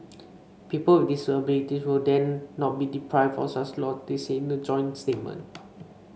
people with disabilities will then not be deprived of such lots they said in a joint statement